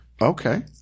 Okay